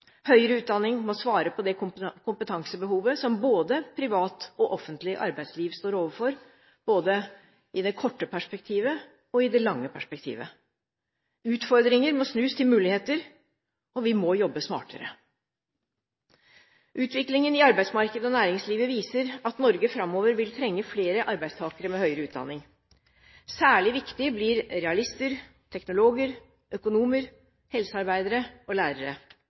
Høyere utdanning må svare på det kompetansebehovet som både privat og offentlig arbeidsliv står overfor, både i det korte perspektivet og i det lange perspektivet. Utfordringer må snus til muligheter, og vi må jobbe smartere. Utviklingen i arbeidsmarkedet og næringslivet viser at Norge framover vil trenge flere arbeidstakere med høyere utdanning. Særlig viktig blir realister, teknologer, økonomer, helsearbeidere og lærere.